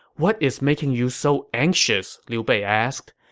what is making you so anxious? liu bei asked.